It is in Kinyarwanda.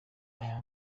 aya